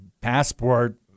passport